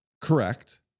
Correct